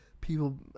people